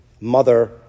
mother